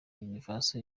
universe